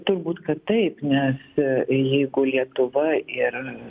turbūt kad taip nes jeigu lietuva ir